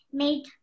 made